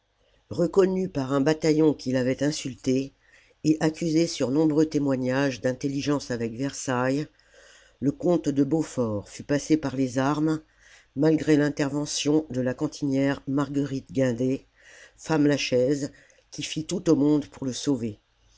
reconnu par un bataillon qu'il avait insulté et accusé sur nombreux témoignages d'intelligence avec versailles le comte de beaufort fut passé par les armes malgré l'intervention de la cantinière marguerite guinder femme lachaise qui fit tout au monde pour le sauver